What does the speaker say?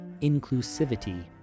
inclusivity